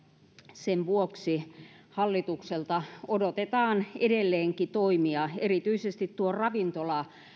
sen vuoksi hallitukselta odotetaan edelleenkin toimia erityisesti tuo ravintola